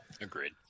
agreed